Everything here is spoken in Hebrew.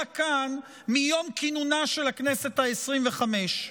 כאן מיום כינונה של הכנסת העשרים-וחמש.